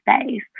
space